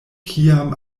kiam